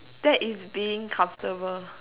that is being comfortable